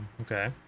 okay